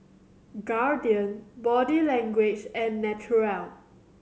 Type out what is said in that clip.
Guardian Body Language and Naturel